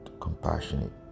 compassionate